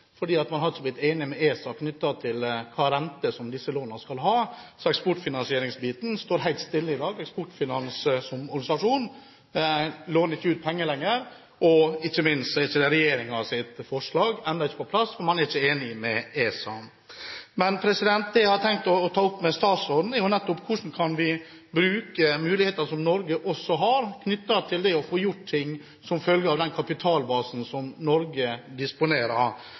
fordi man ikke har blitt enig med ESA knyttet til hvilken rente disse lånene skal ha. Så eksportfinansieringsbiten står helt stille i dag. Eksportfinans som organisasjon låner ikke ut penger lenger. Og ikke minst er ennå ikke regjeringens forslag på plass fordi man ikke er enig med ESA. Men det jeg hadde tenkt å ta opp med statsministeren, er hvordan vi kan bruke muligheter som Norge også har til det å få gjort ting som følge av den kapitalbasen som Norge disponerer.